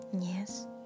yes